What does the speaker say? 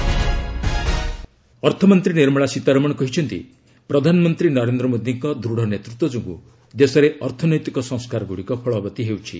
FM economic reforms ଅର୍ଥମନ୍ତ୍ରୀ ନିର୍ମଳା ସୀତାରମଣ କହିଛନ୍ତି ପ୍ରଧାନମନ୍ତ୍ରୀ ନରେନ୍ଦ୍ର ମୋଦୀଙ୍କ ଦୃଢ଼ ନେତୃତ୍ୱ ଯୋଗୁଁ ଦେଶରେ ଅର୍ଥନୈତିକ ସଂସ୍କାରଗୁଡ଼ିକ ଫଳବତୀ ହେଉଛି